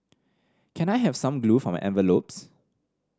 can I have some glue for my envelopes